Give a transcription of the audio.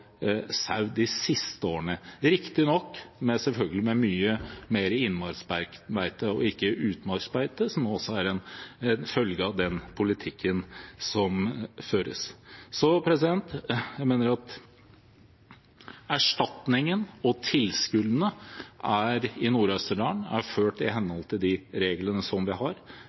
det de siste årene også er en økning i antall sauer og antall bruk, riktignok med mye mer innmarksbeite og ikke utmarksbeite, som også er en følge av den politikken som føres. Jeg mener at erstatningen og tilskuddene til Nord-Østerdal er gitt i henhold til de reglene vi har.